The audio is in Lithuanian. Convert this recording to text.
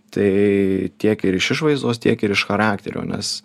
tai tiek ir iš išvaizdos tiek ir iš charakterio nes